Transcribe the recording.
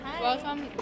Welcome